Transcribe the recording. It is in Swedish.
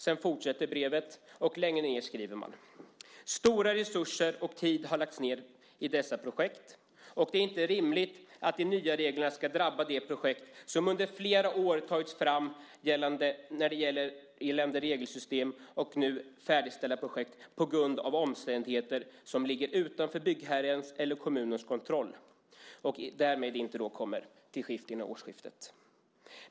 Längre ned i brevet skriver man: "Stora resurser och tid har lagts ner i alla dessa projekt och det är inte rimligt att de nya reglerna ska drabba de projekt som under flera år tagits fram med gällande regelsystem och nu är färdigprojekterade, men p.g.a. omständigheter utanför byggherrens eller kommunens kontroll inte kan komma igång till årsskiftet."